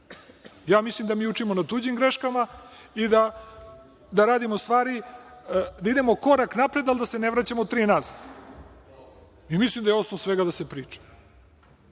Ja mislim da mi učimo na tuđim greškama i da idemo korak napred, ali da se ne vraćamo tri nazad. Mislim da je osnov svega da se priča.